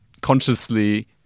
consciously